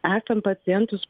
esam pacientus